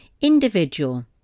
Individual